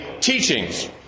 teachings